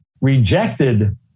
rejected